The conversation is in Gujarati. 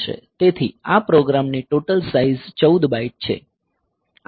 તેથી આ પ્રોગ્રામની ટોટલ સાઇઝ 14 બાઇટ છે